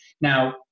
Now